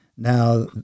Now